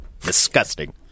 Disgusting